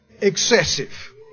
excessive